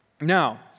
Now